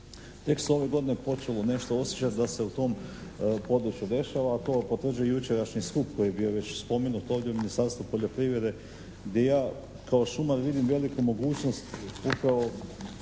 Tek se ove godine počelo nešto osjećati da se o tom području dešava, a to potvrđuje i jučerašnji skup koji je bio već spomenutu ovdje u Ministarstvu poljoprivrede gdje ja kao šumar vidim veliku mogućnost upravo